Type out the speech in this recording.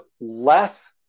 less